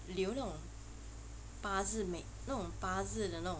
留那种八字眉